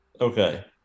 Okay